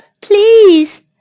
please